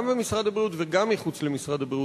גם במשרד הבריאות וגם מחוץ למשרד הבריאות,